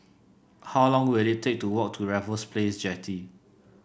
how long will it take to walk to Raffles Place Jetty